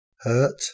hurt